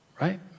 right